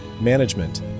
management